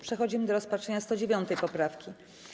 Przechodzimy do rozpatrzenia 109. poprawki.